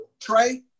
Trey